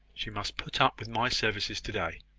she must put up with my services to-day.